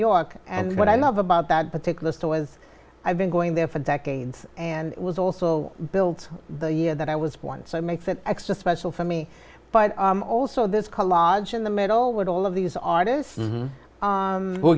york and what i love about that particular store as i've been going there for decades and it was also built the year that i was born so i make that extra special for me but also this collage in the middle with all of these artists